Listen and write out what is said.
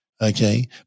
Okay